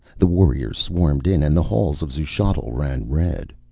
the warriors swarmed in and the halls of xuchotl ran red.